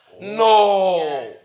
No